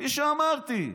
כפי שאמרתי,